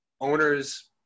owner's